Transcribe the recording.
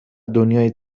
دنیای